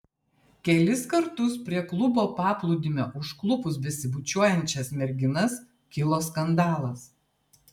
kelis kartus prie klubo paplūdimio užklupus besibučiuojančias merginas kilo skandalas